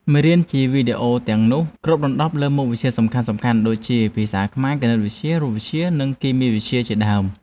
មេរៀនជាវីដេអូទាំងនោះគ្របដណ្តប់លើមុខវិជ្ជាសំខាន់ៗដូចជាភាសាខ្មែរ គណិតវិទ្យា រូបវិទ្យា និងគីមីវិទ្យាជាដើម។